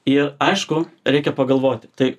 ir aišku reikia pagalvoti tai